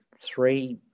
three